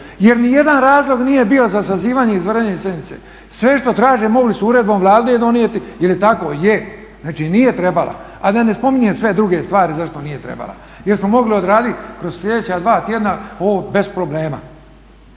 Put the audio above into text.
jer nijedan razlog nije bio za sazivanje izvanredne sjednice. Sve što traže mogli su uredbom Vlade donijeti. Jel je tako? Je. znači nije trebala. A da ne spominjem sve druge stvari zašto nije trebala jer smo mogli odraditi kroz sljedeća dva tjedna ovo bez problema.